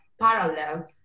parallel